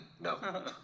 no